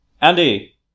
andy